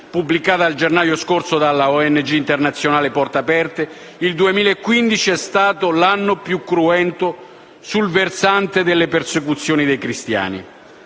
pubblicata nel gennaio scorso dalla ONG internazionale Porte Aperte, il 2015 è stato l'anno più cruento sul versante della persecuzione dei cristiani.